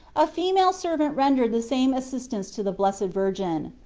a female servant rendered the same as sistance to the blessed virgin.